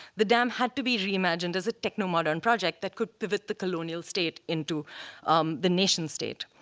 the dam had to be re-imagined as a techno-modern project that could pivot the colonial state into um the nation state.